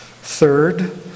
Third